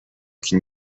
can